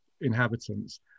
inhabitants